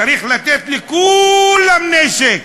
צריך לתת לכו-לם נשק,